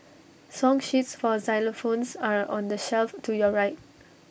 song sheets for xylophones are on the shelf to your right